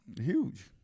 huge